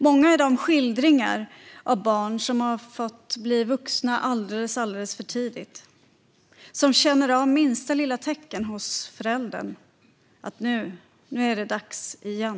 Många är de skildringar av barn som har fått bli vuxna alldeles för tidigt, som känner av minsta lilla tecken hos föräldern på att det är dags igen.